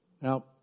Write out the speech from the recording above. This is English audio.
Now